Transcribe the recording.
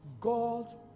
God